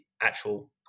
actual